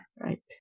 Right